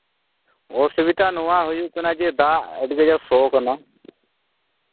ᱚᱥᱩᱵᱤᱫᱷᱟ ᱱᱚᱣᱟ ᱦᱩᱭᱩᱜ ᱠᱟᱱᱟ ᱡᱮ ᱫᱟᱜ ᱟᱹᱰᱤ ᱠᱟᱡᱟᱠ ᱥᱚ ᱠᱟᱱᱟ